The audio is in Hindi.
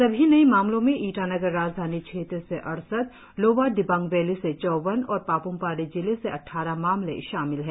सभी नए मामलों में ईटानगर राजधानी क्षेत्र से अड़सठ लोअर दिबांग वैली से चौवन और पापुम पारे जिले से अट्ठारह मामले शामिल है